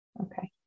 Okay